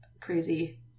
crazy